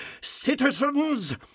Citizens